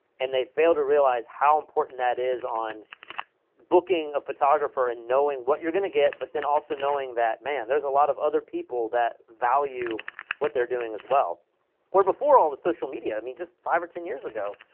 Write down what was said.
and they fail to realize how important that is on booking a photographer and knowing what you're gonna get but then also knowing that man there's a lot of other people that value what they're doing as well or before all the social media. i mean just five or ten years ago